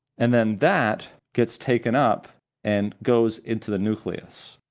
and then that gets taken up and goes into the nucleus.